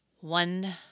one